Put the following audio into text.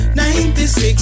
96